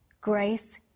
grace